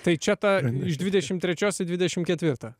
tai čia ta iš dvidešimt trečios į dvidešimt ketvirtą